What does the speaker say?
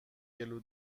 گلو